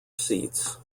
seats